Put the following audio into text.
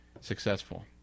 successful